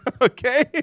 Okay